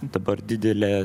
dabar didelė